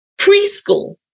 preschool